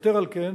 יתר על כן,